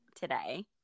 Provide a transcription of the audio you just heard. today